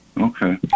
Okay